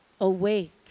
Awake